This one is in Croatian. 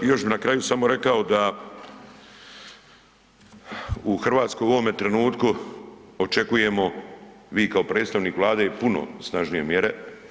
Još bih na kraju samo rekao da u Hrvatskoj u ovome trenutku očekujemo, vi kao predstavnik Vlade, puno snažnije mjere.